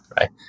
right